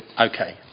Okay